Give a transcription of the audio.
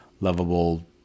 lovable